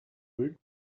woot